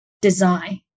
design